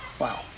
Wow